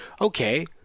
okay